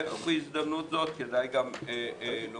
ובהזדמנות זאת כדאי גם לומר,